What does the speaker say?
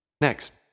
Next